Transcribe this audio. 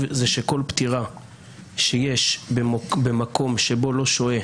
זה שכל פטירה שיש במקום שבו לא שוהה